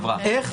איך